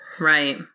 Right